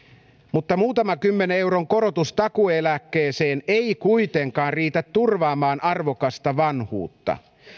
mutta muutaman kymmenen euron korotus takuu eläkkeeseen ei kuitenkaan riitä turvaamaan arvokasta vanhuutta